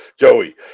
joey